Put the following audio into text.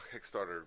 Kickstarter